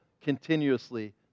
continuously